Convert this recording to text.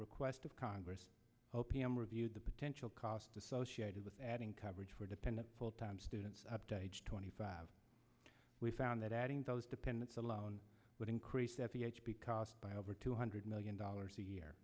request of congress o p m reviewed the potential costs associated with adding coverage for dependent full time students up to age twenty five we found that adding those dependents alone would increase at the h b cost by over two hundred million dollars a year